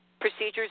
procedures